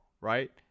right